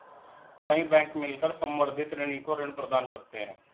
कई बैंक मिलकर संवर्धित ऋणी को ऋण प्रदान करते हैं